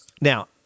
Now